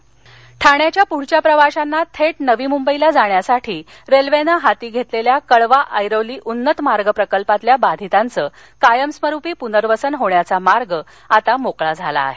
शिंदे ठाण्याच्या प्रदृष्या प्रवाशांना थेट नवी मुंबईला जाण्यासाठी रेल्वेने हाती घेतलेल्या कळवा ऐरोली उन्नतमार्ग प्रकल्पातल्या बाधितांचं कायमस्वरूपी पुनर्वसन होण्याचा मार्ग मोकळा झाला आहे